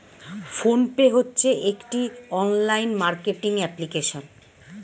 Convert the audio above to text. phone pay হচ্ছে একটি online marketing application